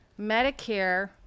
Medicare